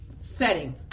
setting